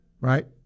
right